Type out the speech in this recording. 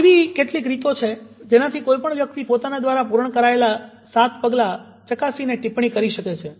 આ એવી કેટલીક રીતો છે કે જેનાથી કોઇપણ વ્યક્તિ પોતાના દ્વારા પૂર્ણ કરાયેલા સાત પગલાં ચકાસી ટીપ્પણી કરી શકે છે